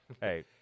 Hey